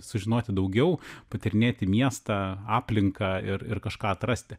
sužinoti daugiau patyrinėti miestą aplinką ir ir kažką atrasti